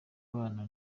abana